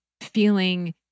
feeling